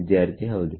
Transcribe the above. ವಿದ್ಯಾರ್ಥಿಹೌದು